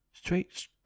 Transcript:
Straight